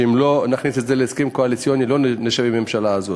שאם לא נכניס את זה להסכם הקואליציוני לא נשב עם הממשלה הזאת.